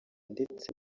ndetse